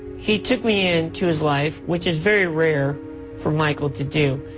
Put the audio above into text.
he took me into his life which is very rare for michael to do.